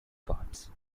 parts